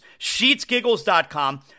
SheetsGiggles.com